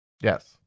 Yes